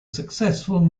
successful